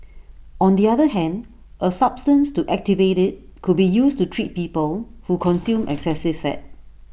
on the other hand A substance to activate IT could be used to treat people who consume excessive fat